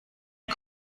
این